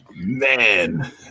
Man